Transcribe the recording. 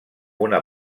una